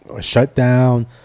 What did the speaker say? shutdown